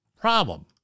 Problem